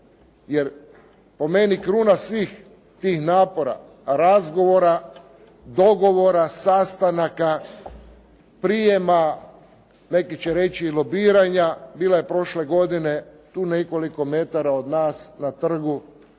jer po meni kruna svih tih napora, razgovora, dogovora, sastanaka, prijema, neki će reći i lobiranja, bila je prošle godine tu nekoliko metara od nas na trgu